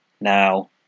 now